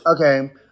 Okay